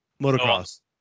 Motocross